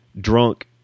drunk